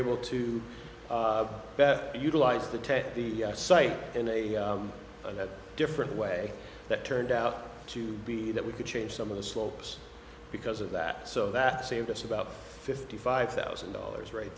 able to best utilize the tent at the site in a different way that turned out to be that we could change some of the slopes because of that so that saved us about fifty five thousand dollars right